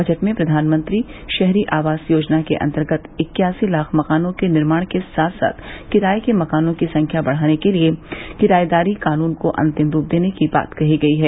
budget में प्रधानमंत्री शहरी आवास योजना के अंतर्गत इक्यासी लाख मकानों के निर्माण के साथ साथ किराए के मकानों की संख्या बढ़ाने के लिए किराएदारी कानून को अंतिम रूप देने की बात कही गई है